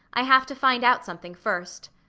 i have to find out something first.